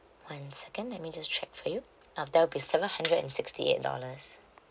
one second let me just check for you uh that will be seven hundred and sixty eight dollars